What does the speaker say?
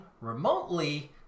remotely